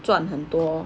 赚很多